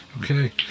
Okay